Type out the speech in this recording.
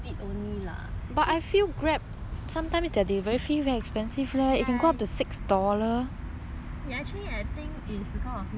actually I think it's because of now that's why they the